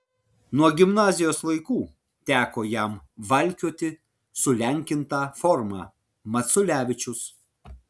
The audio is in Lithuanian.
nuo gimnazijos laikų teko jam valkioti sulenkintą formą maculevičius